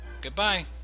Goodbye